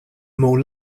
more